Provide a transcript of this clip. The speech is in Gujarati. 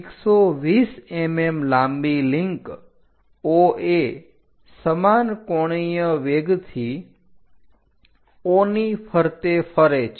120 mm લાંબી લિન્ક OA સમાન કોણીય વેગ થી O ની ફરતે ફરે છે